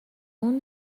اون